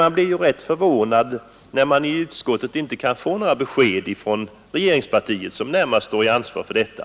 Det är därför förvånande att vi i utskottet inte kunnat få några besked från medlemmarna av regeringspartiet, som närmast är ansvarigt för detta.